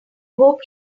hope